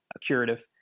curative